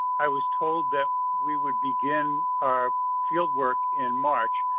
i was told that we would begin our field work in march,